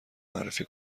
معرفی